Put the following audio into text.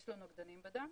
יש לו נוגדנים בדם,